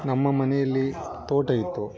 ನಮ್ಮ ಮನೆಯಲ್ಲಿ ತೋಟ ಇತ್ತು